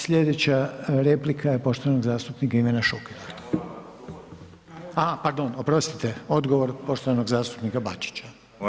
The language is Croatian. Slijedeća replika je poštovanog zastupnika Ivana Šukera, a pardon oprostite odgovor poštovanog zastupnika Bačića.